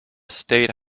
state